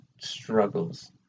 struggles